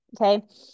Okay